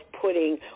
putting